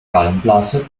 gallenblase